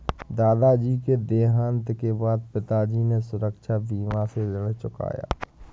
दादाजी के देहांत के बाद पिताजी ने सुरक्षा बीमा से ऋण चुकाया